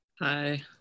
Hi